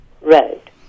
Road